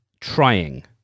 trying